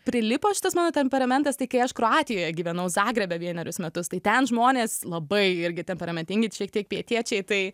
prilipo šitas mano temperamentas tai kai aš kroatijoje gyvenau zagrebe vienerius metus tai ten žmonės labai irgi temperamentingi šiek tiek pietiečiai tai